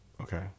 okay